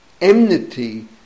enmity